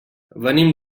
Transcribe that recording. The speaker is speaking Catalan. venim